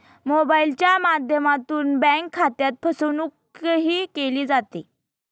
मोबाइलच्या माध्यमातून बँक खात्यात फसवणूकही केली जाते